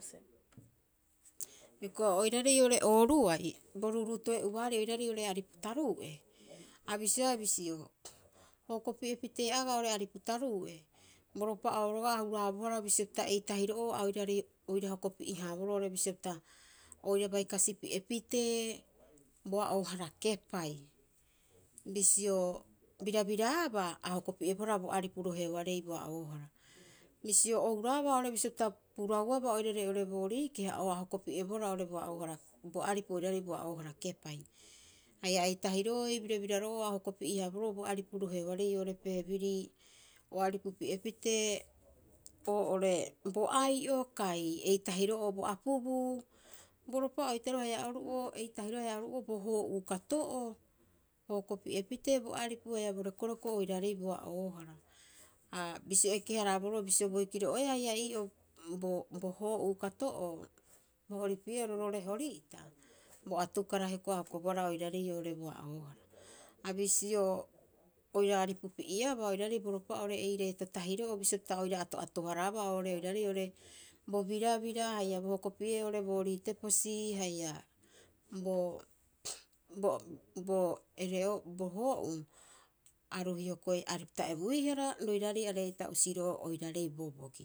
Hioko'i oiraarei oo'ore ooruai, bo ruuruuto'e'uaarei oiraarei oo'ore aripu taruu'e, ha bisioea bisio, o hokopi'e piteeraeaa oo'ore aripu taruu'e, bo ropa'oo roga'a a huraabohara bisio pita eitahiro'oo a oiraarei oira hokopi'e- haaboro oo'ore bisio pita oira bai kasipi'e pitee boa'oohara kepai. Bisio birabiraabaa, a hokopi'ebohara bo aripu roheoarei boa'oohara. Bisio o huraaba oo'ore bisio pita purauabaa oirare oo'ore boorii keha, o a o hokopi'ebohara oo'ore boa'oohara bo aripu oiraarei boa'oohara kepai. Haia eitahiro'oo ei birabiraro'oo a o hokopi'e- haaboroo bo aripu roheoarei oo'ore family, o aripupi'e pitee oo'ore bo ai'o kai eitahiro'oo, bo apubuu. Bo ropa'oo ii tahiroo haia oru'oo eitahiro'oo haia oru'oo bo hoo'uu kato'oo, o hokopi'e pitee bo aripu haia bo rekoerko oiraarei boa'oohara. Aa bisio eke- haraaboroo bisio, boikiro'oeaa haia ii'oo bo bo hoo'uu kato'oo, bo horipi'e'oro roo'ore Hori'ita, bo atukara hioko'i a hokobohara oiraarei oo'ore boa'oohara. Ha bisio oira aripupi'eabaa oiraarei bo ropa'oo ei reetotahiro'oo, bisio pita oira ato'ato- haraaba oiraarei oo'ore bo birabira haia bo kopi'e'oo oo'ore boorii teposi haia bo bo bo ere'oo bo hoo'uu, aru hioko'i aripupita ebuihara roiraarei aree'ita usiro'o oiraarei bobogi.